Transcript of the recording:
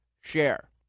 share